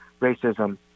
racism